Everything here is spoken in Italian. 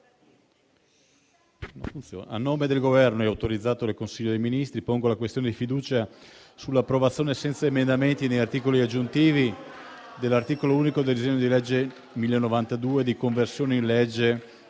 a nome del Governo, autorizzato dal Consiglio dei ministri, pongo la questione di fiducia sull'approvazione, senza emendamenti né articoli aggiuntivi, dell'articolo unico del disegno di legge n. 1092, di conversione del